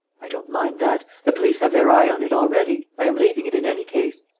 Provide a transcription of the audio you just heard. i don't mind that the police have their eye on it already. i am leaving it in any case.